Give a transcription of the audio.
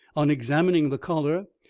on examining the collar,